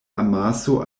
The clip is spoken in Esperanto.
amaso